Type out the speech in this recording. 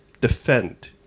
defend